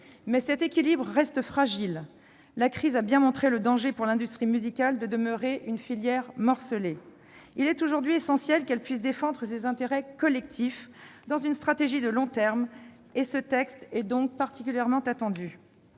cet équilibre reste fragile. La crise a bien montré le danger, pour l'industrie musicale, de demeurer une filière morcelée. Il est aujourd'hui essentiel que celle-ci puisse défendre ses intérêts collectifs, dans une stratégie de long terme. À cet égard, ce texte est particulièrement attendu.